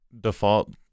default